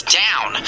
down